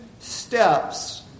steps